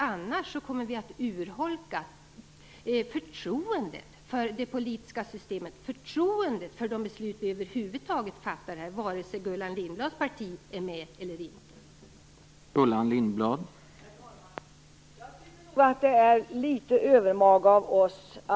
Annars kommer förtroendet för det politiska systemet och för de beslut riksdagen fattar - vare sig Gullan Lindblads parti är med eller inte - att urholkas.